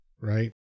right